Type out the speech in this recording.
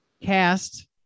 cast